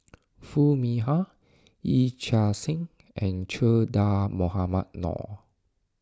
Foo Mee Har Yee Chia Hsing and Che Dah Mohamed Noor